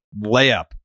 layup